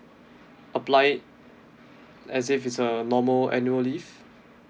apply it as if it's a normal annual leave